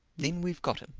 then we've got him.